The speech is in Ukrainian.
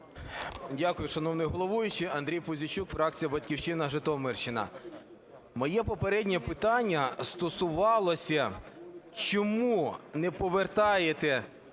Дякую, шановний головуючий. Андрій Пузійчук, фракція "Батьківщина", Житомирщина. Моє попереднє питання стосувалося, чому не повертаєте